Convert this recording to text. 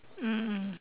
mm mm